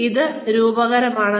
അതിനാൽ ഇത് രൂപകമാണ്